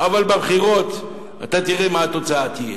אבל בבחירות אתה תראה מה תהיה התוצאה.